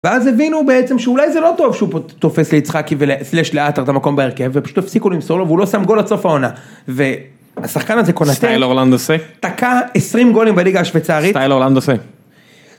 ואז הבינו בעצם שאולי זה לא טוב שהוא תופס ליצחקי ו/לעטר את המקום בהרכב ופשוט הפסיקו למסור לו והוא לא שם גול עד סוף העונה והשחקן הזה קונתה. סטייל אורלנדו סי. טקה 20 גולים בליגה השוויצארית. סטייל אורלנדו סי.